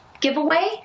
giveaway